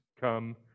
come